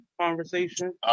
conversation